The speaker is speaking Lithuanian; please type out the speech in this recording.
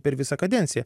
per visą kadenciją